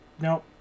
nope